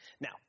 Now